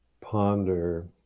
ponder